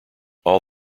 all